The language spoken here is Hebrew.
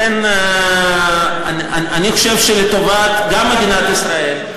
אני חושב שגם לטובת מדינת ישראל,